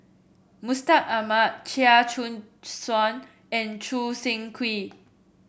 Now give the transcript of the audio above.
Mustaq Ahmad Chia Choo Suan and Choo Seng Quee